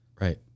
right